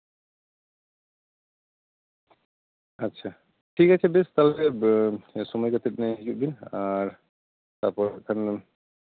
ᱟᱪᱪᱷᱟ ᱴᱷᱤᱠ ᱟᱪᱷᱮ ᱵᱮᱥ ᱥᱚᱢᱚᱭ ᱠᱟᱛᱮ ᱦᱤᱡᱩᱜ ᱵᱤᱱ ᱟᱨ ᱛᱟᱯᱚᱨ ᱦᱟᱸᱜ ᱠᱷᱟᱱ